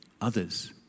others